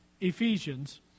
Ephesians